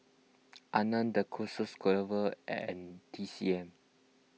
Anmum the Closet could ever and T C M